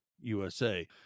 usa